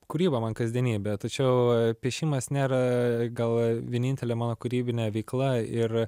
kūryba man kasdienybė tačiau piešimas nėra gal vienintelė mano kūrybinė veikla ir